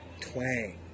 Twang